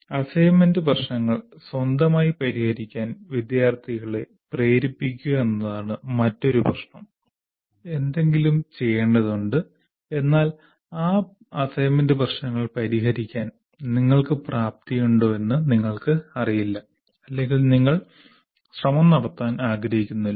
assignment പ്രശ്നങ്ങൾ സ്വന്തമായി പരിഹരിക്കാൻ വിദ്യാർത്ഥികളെ പ്രേരിപ്പിക്കുക എന്നതാണ് മറ്റൊരു പ്രശ്നം എന്തെങ്കിലും ചെയ്യേണ്ടതുണ്ട് ആ പ്രശ്നങ്ങൾ പരിഹരിക്കാൻ നിങ്ങൾക്ക് പ്രാപ്തിയുണ്ടോ എന്ന് നിങ്ങൾക്ക് അറിയില്ല അല്ലെങ്കിൽ നിങ്ങൾ ശ്രമം നടത്താൻ ആഗ്രഹിക്കുന്നില്ല